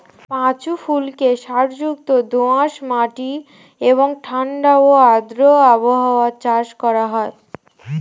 পাঁচু ফুলকে সারযুক্ত দোআঁশ মাটি এবং ঠাণ্ডা ও আর্দ্র আবহাওয়ায় চাষ করা হয়